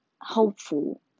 hopeful